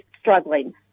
struggling